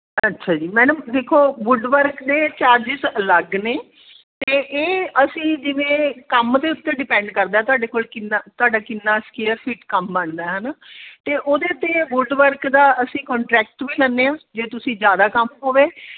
ਅੱਛਾ ਜੀ ਮੈਡਮ ਦੇਖੋ ਵੁੱਡਵਰਕ ਦੇ ਚਾਰਜਿਸ ਅਲੱਗ ਨੇ ਅਤੇ ਇਹ ਅਸੀਂ ਜਿਵੇਂ ਕੰਮ ਦੇ ਉੱਤੇ ਡਿਪੈਂਡ ਕਰਦਾ ਤੁਹਾਡੇ ਕੋਲ ਕਿੰਨਾ ਤੁਹਾਡਾ ਕਿੰਨਾ ਸਕੇਅਰ ਫੀਟ ਕੰਮ ਬਣਦਾ ਹੈ ਨਾ ਅਤੇ ਉਹਦੇ 'ਤੇ ਵੁੱਡ ਵਰਕ ਦਾ ਅਸੀਂ ਕੌਟਰੈਕਟ ਵੀ ਲੈਂਦੇ ਹਾਂ ਜੇ ਤੁਸੀਂ ਜ਼ਿਆਦਾ ਕੰਮ ਹੋਵੇ